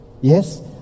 Yes